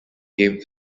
game